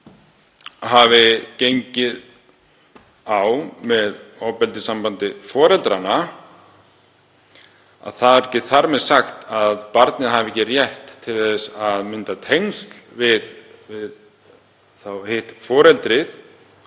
hafi gengið á með ofbeldissambandi foreldra þá er ekki þar með sagt að barnið hafi ekki rétt til þess að mynda tengsl við það foreldri